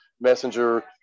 Messenger